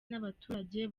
n’abaturage